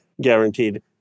guaranteed